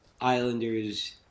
Islanders